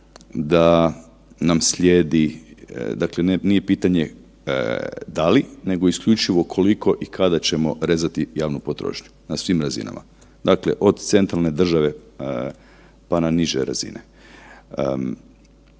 da nam slijedi, dakle nije pitanje da li, nego isključivo i kada ćemo rezati javnu potrošnju na svim razinama. Dakle, od centrale države pa na niže razine.